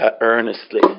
earnestly